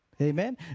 Amen